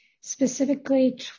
specifically